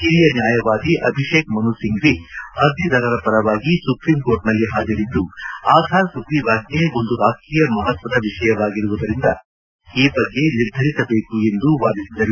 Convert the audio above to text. ಹಿರಿಯ ನ್ಯಾಯವಾದಿ ಅಭಿಷೇಕ್ ಮನು ಸಿಂಫ್ವಿ ಅರ್ಜಿದಾರರ ಪರವಾಗಿ ಸುಪ್ರೀಂಕೋರ್ಟ್ ನಲ್ಲಿ ಹಾಜರಿದ್ದು ಆಧಾರ್ ಸುಗ್ರೀವಾಜ್ಞೆ ಒಂದು ರಾಷ್ಟೀಯ ಮಪತ್ವದ ವಿಷಯವಾಗಿರುವುದರಿಂದ ಸುಪ್ರೀಂಕೋರ್ಟ್ ಈ ಬಗ್ಗೆ ನಿರ್ಧರಿಸಬೇಕು ಎಂದು ವಾದಿಸಿದರು